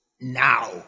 now